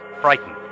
frightened